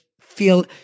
feel